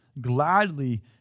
Gladly